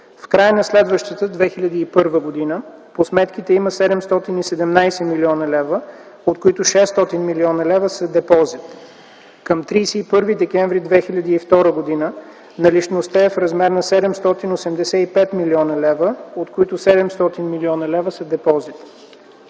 В края на следващата 2001 г. по сметките има 717 млн. лв., от които 600 млн. лв. са депозит. Към 31 декември 2002 г. наличността е в размер на 785 млн. лв., от които 700 млн. лв. са депозит.